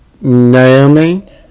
Naomi